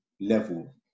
level